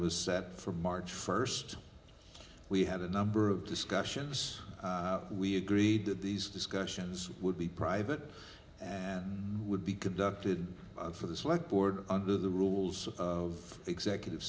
set for march first we had a number of discussions we agreed that these discussions would be private and would be conducted for the select board under the rules of executive